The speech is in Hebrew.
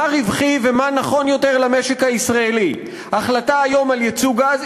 מה רווחי ומה נכון יותר למשק הישראלי: ההחלטה היום על ייצוא גז,